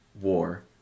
war